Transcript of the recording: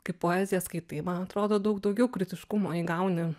kai poeziją skaitai man atrodo daug daugiau kritiškumo įgauni